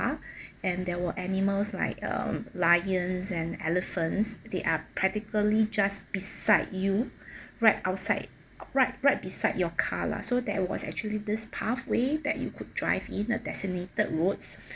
and there were animals like um lions and elephants they are practically just beside you right outside right right beside your car lah so that was actually this pathway that you could drive in a designated roads